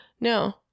No